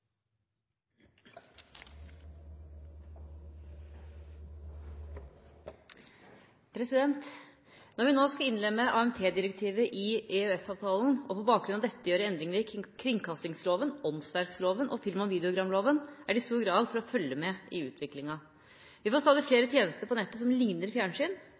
Når vi nå skal innlemme AMT-direktivet i EØS-avtalen og på bakgrunn av dette gjøre endringer i kringkastingsloven, åndsverkloven og film- og videogramloven, er det i stor grad for å følge med i utviklinga. Vi får stadig flere tjenester på nettet som ligner